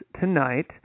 tonight